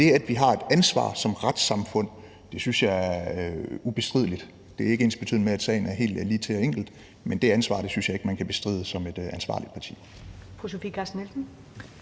det, at vi har et ansvar som retssamfund, synes jeg er ubestrideligt. Det er ikke ensbetydende med, at sagen er helt ligetil og enkel, men det ansvar synes jeg ikke man kan bestride at man har som et ansvarligt parti.